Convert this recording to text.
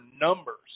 numbers